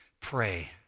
Pray